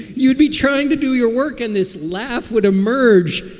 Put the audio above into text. you'd be trying to do your work in this. laugh would emerge.